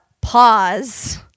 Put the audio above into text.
pause